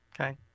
okay